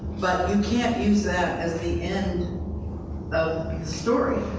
but you can't use that as the and the story,